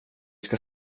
ska